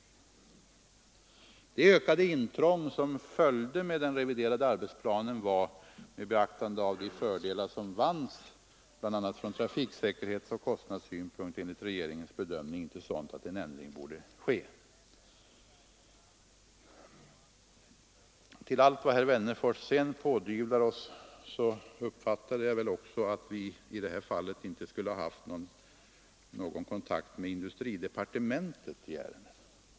Det ökade intrång som följde med den reviderade arbetsplanen var med beaktande av de fördelar som vanns, bl.a. från trafiksäkerhetsoch kostnadssynpunkt, enligt regeringens bedömning inte sådant att en ändring borde ske. Bland allt det som herr Wennerfors pådyvlade oss var också att vi i detta fall inte skulle ha haft någon kontakt i ärendet med industridepartementet.